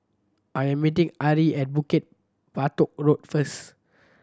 I am meeting Ari at Bukit Batok Road first